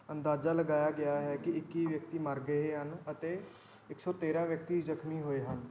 ਅੰਦਾਜ਼ਾ ਲਗਾਇਆ ਗਿਆ ਹੈ ਕਿ ਇੱਕੀ ਵਿਅਕਤੀ ਮਰ ਗਏ ਹਨ ਅਤੇ ਇੱਕ ਸੌ ਤੇਰ੍ਹਾਂ ਵਿਅਕਤੀ ਜ਼ਖਮੀ ਹੋਏ ਹਨ